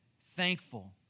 thankful